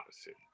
opposite